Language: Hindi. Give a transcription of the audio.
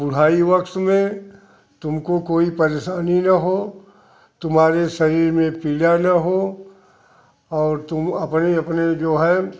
बुढ़ाई वक्त में तुमको कोई परेशानी ना हो तुम्हारे शरीर में पीढ़ा ना हो और तुम अपने अपने जो है